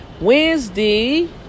Wednesday